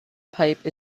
pipe